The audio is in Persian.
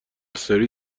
سری